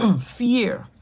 fear